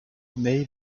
may